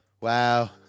Wow